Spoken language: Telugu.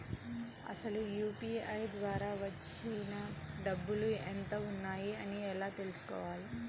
అసలు యూ.పీ.ఐ ద్వార వచ్చిన డబ్బులు ఎంత వున్నాయి అని ఎలా తెలుసుకోవాలి?